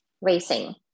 racing